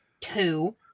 Two